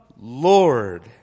Lord